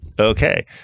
Okay